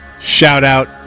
Shout-out